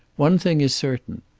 one thing is certain.